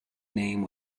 name